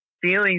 feelings